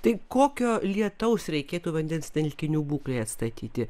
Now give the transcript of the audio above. tai kokio lietaus reikėtų vandens telkinių būklei atstatyti